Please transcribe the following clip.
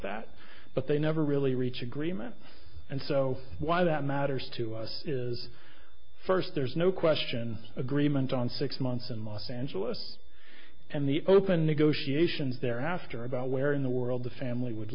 that but they never really reach agreement and so why that matters to us is first there's no question agreement on six months in most angeles and the open negotiations there after about where in the world the family would